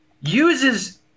uses